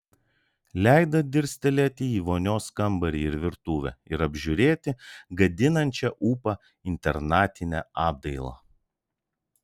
leido dirstelėti į vonios kambarį ir virtuvę ir apžiūrėti gadinančią ūpą internatinę apdailą